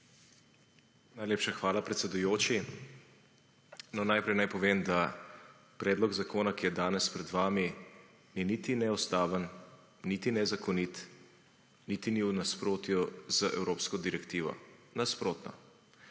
Najlepša hvala, predsedujoči. Najprej naj povem, da predlog zakona, ki je danes pred vami ni niti neustaven niti nezakonit niti ni v nasprotju z Evropsko direktivo. Nasprotno.